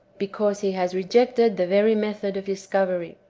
because he has rejected the very method of discovery.